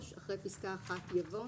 אחרי פסקה (1) יבוא: